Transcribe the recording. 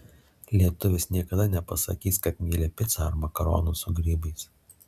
lietuvis niekada nepasakys kad myli picą ar makaronus su grybais